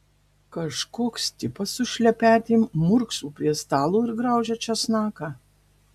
kažkoks tipas su šlepetėm murkso prie stalo ir graužia česnaką